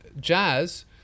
jazz